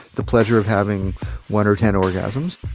the pleasure of having one or ten orgasms.